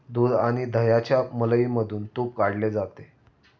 दूध आणि दह्याच्या मलईमधून तुप काढले जाते